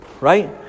right